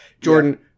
Jordan